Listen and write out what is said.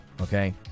Okay